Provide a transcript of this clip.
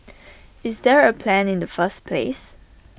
is there A plan in the first place